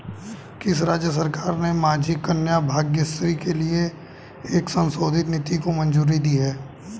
किस राज्य सरकार ने माझी कन्या भाग्यश्री के लिए एक संशोधित नीति को मंजूरी दी है?